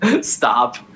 Stop